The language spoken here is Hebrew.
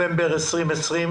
2 בנובמבר 2020,